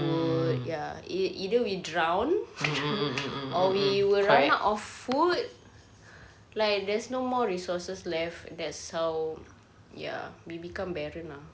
would ya ei~ either we drown or we will run out of food like there's no more resources left that's how ya we become barren lah